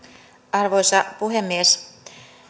arvoisa puhemies